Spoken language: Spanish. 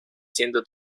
siendo